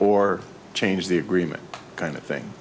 or change the agreement kind of thing